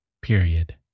period